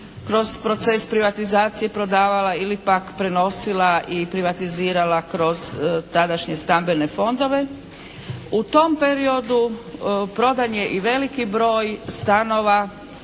kroz proces privatizacije prodavala ili pak prenosila i privatizirala kroz tadašnje stambene fondove. U tom periodu prodan je i veliki broj stanova